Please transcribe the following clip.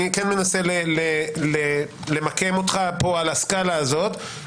אני כן מנסה למקם אותך פה על הסקלה הזאת,